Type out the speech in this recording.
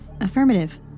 Affirmative